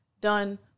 done